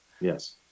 Yes